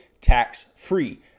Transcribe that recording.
tax-free